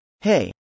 hey